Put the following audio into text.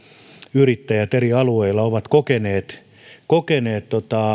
yrittäjät eri alueilla ovat kokeneet kokeneet